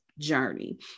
journey